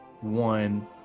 one